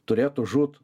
turėtų žūt